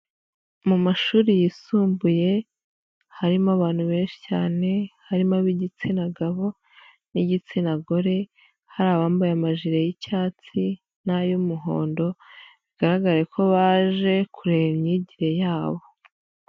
Mu mashuri yisumbuye harimo abantu benshi cyane, harimo ab'igitsina gabo n'igitsina gore, hari abambaye amajire y'icyatsi n'ay'umuhondo, bigaragare ko baje kureba imyigire yabo.